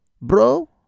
bro